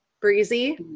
breezy